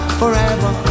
forever